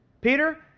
Peter